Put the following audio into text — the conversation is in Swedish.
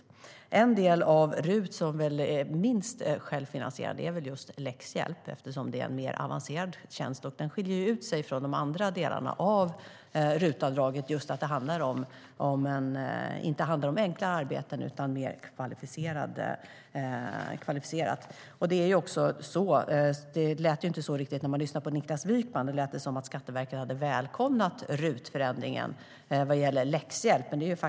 Den del av RUT som är minst självfinansierande är väl just läxhjälp, eftersom det är en mer avancerad tjänst. Den skiljer ut sig från de andra delarna av RUT-avdraget eftersom det inte handlar om enkla arbeten utan om mer kvalificerade uppgifter. Det lät inte riktigt så när man lyssnade på Niklas Wykman. Då lät det som att Skatteverket hade välkomnat RUT-förändringen vad gäller läxhjälp.